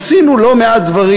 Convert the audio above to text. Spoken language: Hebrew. עשינו לא מעט דברים.